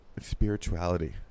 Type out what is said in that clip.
spirituality